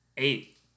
Eight